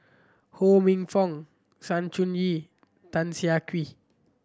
Ho Minfong Sng Choon Yee Tan Siah Kwee